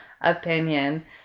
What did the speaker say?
opinion